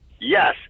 Yes